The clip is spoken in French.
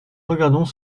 regardons